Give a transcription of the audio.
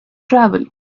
travel